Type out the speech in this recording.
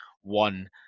one